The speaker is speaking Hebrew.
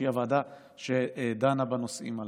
שהיא הוועדה שדנה בנושאים הללו.